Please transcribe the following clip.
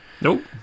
Nope